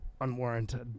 unwarranted